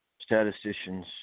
statisticians